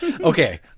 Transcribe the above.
Okay